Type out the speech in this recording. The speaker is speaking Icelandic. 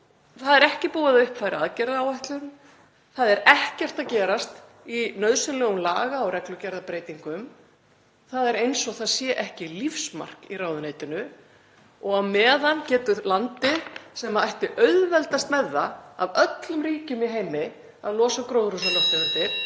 Það er ekki búið að uppfæra aðgerðaáætlun, það er ekkert að gerast í nauðsynlegum laga- og reglugerðarbreytingum. Það er eins og það sé ekki lífsmark í ráðuneytinu og á meðan ætlar landið sem ætti auðveldast með það af öllum ríkjum í heimi að ná samdrætti